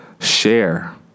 share